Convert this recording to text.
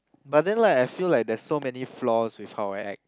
but then like I feel like there's so many flaws with how I act